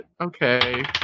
Okay